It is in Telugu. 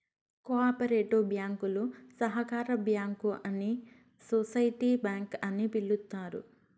కో ఆపరేటివ్ బ్యాంకులు సహకార బ్యాంకు అని సోసిటీ బ్యాంక్ అని పిలుత్తారు